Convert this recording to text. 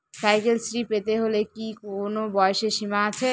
Cycle Shri পেতে হলে কি কোনো বয়সের সীমা আছে?